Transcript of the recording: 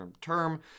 term